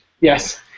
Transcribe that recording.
Yes